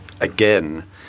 again